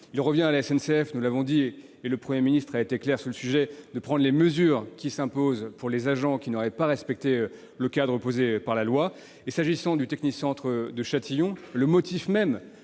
Il revient à celle-ci- le Premier ministre a été clair sur ce point -de prendre les mesures qui s'imposent envers les agents qui n'auraient pas respecté le cadre fixé par la loi. S'agissant du technicentre de Châtillon, le motif même